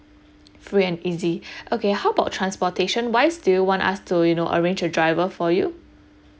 free and easy okay how about transportation wise do want us to you know arrange a driver for you